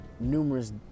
numerous